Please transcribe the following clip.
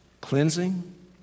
cleansing